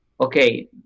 okay